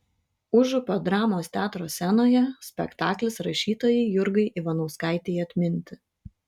užupio dramos teatro scenoje spektaklis rašytojai jurgai ivanauskaitei atminti